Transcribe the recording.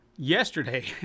Yesterday